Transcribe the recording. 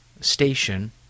Station